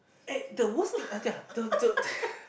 eh the worst thing uh yeah the the